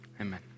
amen